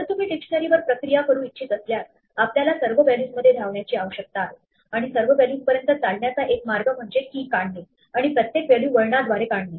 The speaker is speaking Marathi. जर तुम्ही डिक्शनरी वर प्रक्रिया करू इच्छित असल्यास आपल्याला सर्व व्हॅल्यूज मध्ये धावण्याची आवश्यकता आहे आणि सर्व व्हॅल्यूजपर्यंत चालण्याचा एक मार्ग म्हणजे key काढणे आणि प्रत्येक व्हॅल्यू वळणाद्वारे काढणे